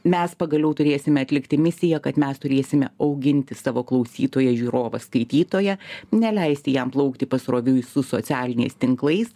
mes pagaliau turėsime atlikti misiją kad mes turėsime auginti savo klausytoją žiūrovą skaitytoją neleisti jam plaukti pasroviui su socialiniais tinklais